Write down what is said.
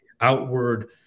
outward